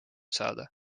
saada